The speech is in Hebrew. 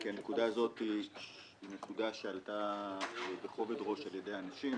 כי הנקודה הזאת היא נקודה שעלתה בכובד ראש על ידי האנשים,